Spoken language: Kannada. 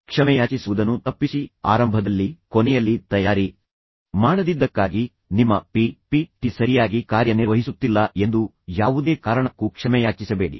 ಕ್ಷಮೆಯಾಚಿಸುವುದನ್ನು ತಪ್ಪಿಸಿ ಆರಂಭದಲ್ಲಿ ಕೊನೆಯಲ್ಲಿ ತಯಾರಿ ಮಾಡದಿದ್ದಕ್ಕಾಗಿ ಕೆಟ್ಟ ಭಾವನೆಗಾಗಿ ನಿಮ್ಮ ಪಿ ಪಿ ಟಿ ಸರಿಯಾಗಿ ಕಾರ್ಯನಿರ್ವಹಿಸುತ್ತಿಲ್ಲ ಎಂದು ಯಾವುದೇ ಕಾರಣಕ್ಕೂ ಕ್ಷಮೆಯಾಚಿಸಬೇಡಿ